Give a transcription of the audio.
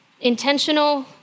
intentional